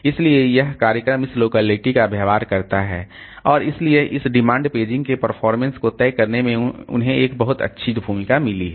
इसलिए यह कार्यक्रम इस लोकेलिटी का व्यवहार करता है और इसलिए इस डिमांड पेजिंग के परफॉर्मेंस को तय करने में उन्हें एक बहुत अच्छी भूमिका मिली है